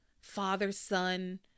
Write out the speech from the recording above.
father-son